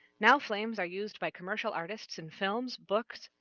now flames are used by commercial artists in films, books,